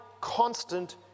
constant